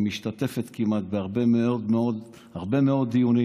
היא משתתפת בהרבה מאוד דיונים,